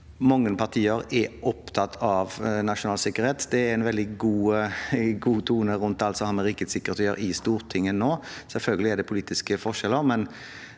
mange partier er opptatt av nasjonal sikkerhet. Det er en veldig god tone i Stortinget nå rundt alt som har med rikets sikkerhet å gjøre. Selvfølgelig er det politiske forskjeller, men